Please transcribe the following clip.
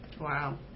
Wow